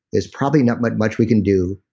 there's probably not much much we can do.